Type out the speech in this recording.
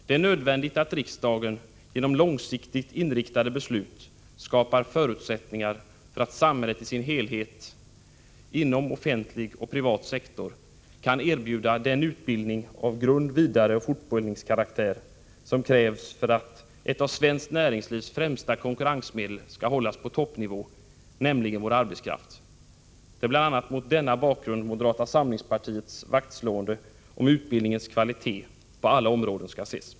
Det är nödvändigt att riksdagen genom långsiktigt inriktade beslut skapar förutsättningar för att samhället i sin helhet inom offentlig och privat sektor kan erbjuda den utbildning av grund-, vidareoch fortbildningskaraktär som krävs för att ett av svenskt näringslivs främsta konkurrensmedel skall hållas på toppnivå, nämligen vår arbetskraft. Det är bl.a. mot denna bakgrund moderata samlingspartiets vaktslående om utbildningens kvalitet på alla områden skall ses.